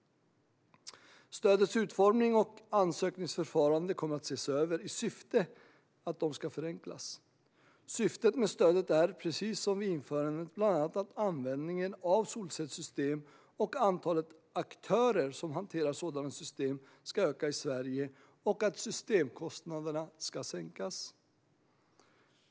Stödets utformning och ansökningsförfarande kommer att ses över i syfte att de ska förenklas. Syftet med stödet är, precis som vid införandet, bland annat att användningen av solcellssystem och antalet aktörer som hanterar sådana system ska öka i Sverige och att systemkostnaderna ska sänkas.